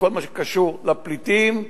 כל מה שקשור לפליטים,